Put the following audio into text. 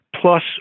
Plus